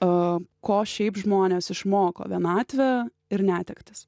o ko šiaip žmonės išmoko vienatvė ir netektys